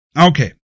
Okay